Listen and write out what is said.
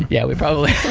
yeah we probably